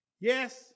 Yes